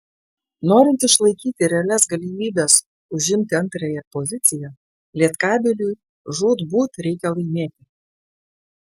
norint išlaikyti realias galimybes užimti antrąją poziciją lietkabeliui žūtbūt reikia laimėti